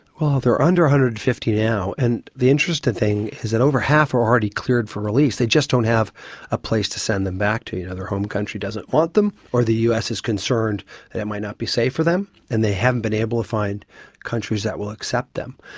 well, there are under one hundred and fifty now, and the interesting thing is that over half are already cleared for release, they just don't have a place to send them back to. you know, their home country doesn't want them or the us is concerned that it might not be safe for them and they haven't been able to find countries that will accept them.